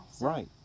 right